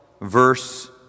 verse